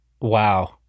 Wow